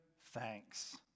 thanks